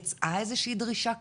יצאה איזושהי דרישה כזאת?